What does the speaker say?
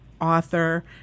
author